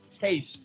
taste